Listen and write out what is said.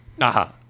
Aha